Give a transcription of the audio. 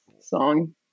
song